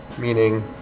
Meaning